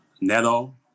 Neto